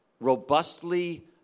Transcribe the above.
robustly